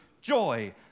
joy